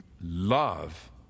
Love